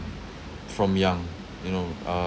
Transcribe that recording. from young you know uh~